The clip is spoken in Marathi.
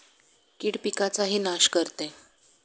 कीड पिकाचाही नाश करते